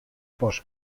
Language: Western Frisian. pas